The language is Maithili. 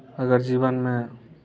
अगर जीवनमे